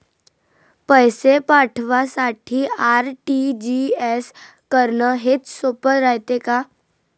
पैसे पाठवासाठी आर.टी.जी.एस करन हेच सोप रायते का?